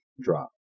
drop